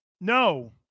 No